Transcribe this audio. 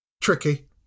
tricky